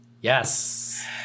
yes